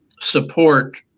support